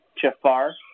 Jafar